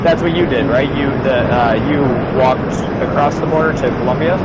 that's what you did right you the you walked across the border to colombia